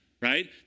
right